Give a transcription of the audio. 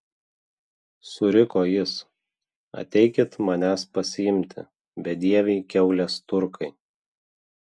suriko jis ateikit manęs pasiimti bedieviai kiaulės turkai